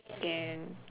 can